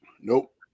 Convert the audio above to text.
Nope